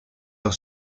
leur